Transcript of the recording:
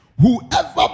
whoever